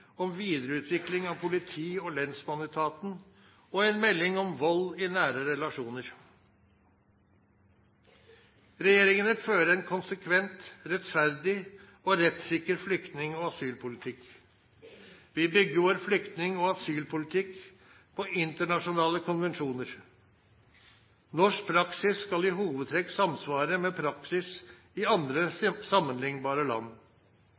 om videreutvikling av politi- og lensmannsetaten og en melding om vold i nære relasjoner. Regjeringen vil føre en konsekvent, rettferdig og rettssikker flyktning- og asylpolitikk. Vi bygger vår flyktning- og asylpolitikk på internasjonale konvensjoner. Norsk praksis skal i hovedtrekk samsvare med praksis i andre sammenlignbare land.